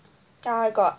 ya I got